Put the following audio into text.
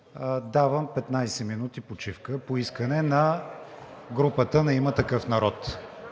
давам 15 минути почивка по искане на групата на „Има такъв народ“.